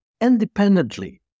Independently